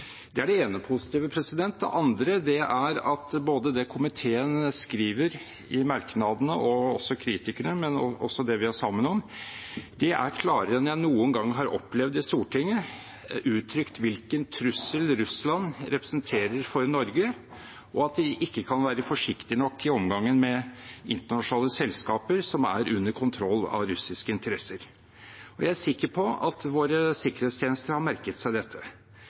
Det er det ene positive. Det andre er at det komiteen skriver i merknadene, og kritikerne, men også det vi er sammen om, har klarere enn jeg noen gang har opplevd i Stortinget, uttrykt hvilken trussel Russland representerer for Norge, og at vi ikke kan være forsiktige nok i omgangen med internasjonale selskaper som er under kontroll av russiske interesser. Jeg er sikker på at våre sikkerhetstjenester har merket seg dette.